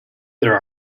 there